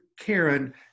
Karen